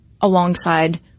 alongside